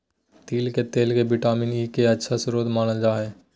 तिल के तेल के विटामिन ई के अच्छा स्रोत मानल जा हइ